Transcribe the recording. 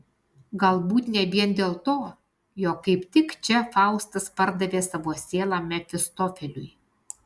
galbūt ne vien dėl to jog kaip tik čia faustas pardavė savo sielą mefistofeliui